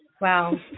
Wow